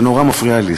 זה נורא מפריע לי,